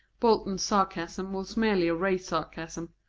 bolton's sarcasm was merely a race sarcasm.